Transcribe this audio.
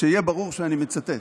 שיהיה ברור שאני מצטט.